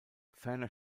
ferner